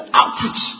outreach